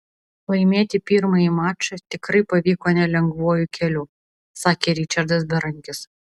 laimėti pirmąjį mačą tikrai pavyko nelengvuoju keliu sakė ričardas berankis